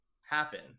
happen